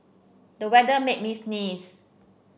the weather made me sneeze